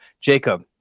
Jacob